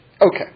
Okay